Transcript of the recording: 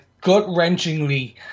gut-wrenchingly